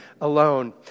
alone